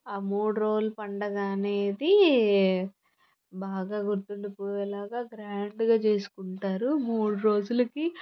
ఆ మూడు రోజులు పండుగ అనేది బాగా గుర్తుండిపోయేలాగా గ్రాండ్గా చేసుకుంటారు మూడు రోజులకి